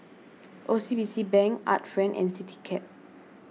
O C B C Bank Art Friend and CityCab